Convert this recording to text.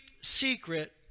secret